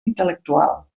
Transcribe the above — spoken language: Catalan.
intel·lectual